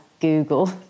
Google